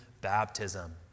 baptism